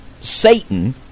Satan